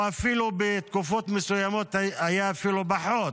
ובתקופות מסוימות היה אפילו פחות.